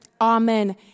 Amen